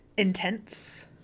intense